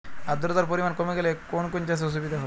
আদ্রতার পরিমাণ কমে গেলে কোন কোন চাষে অসুবিধে হবে?